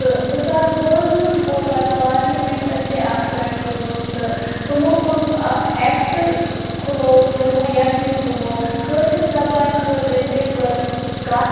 تہٕ زٕ ساس وُہَس منٛز منٛز کوٚر پَتہٕ پارلِمینٛٹَن تہِ اَتھ پٮ۪ٹھ کٲم تہٕ تِمو کوٚرُکھ اَکھ ایکٹ کھُلووُکھ تِمو یَتھ منٛز تِمو کٲشِر زبانہِ خٲطرٕ تہِ کٔرٕکھ کَتھ